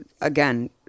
again